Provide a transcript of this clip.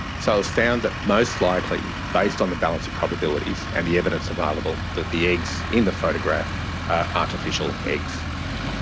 so it was found that most likely, based on the balance of probabilities and the evidence available, that the eggs in the photograph are artificial eggs.